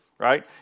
right